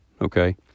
okay